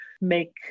make